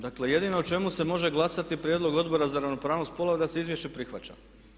Dakle jedino o čemu se može glasati je prijedlog Odbora za ravnopravnost spolova da se izvješće prihvaća.